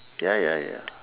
ya ya ya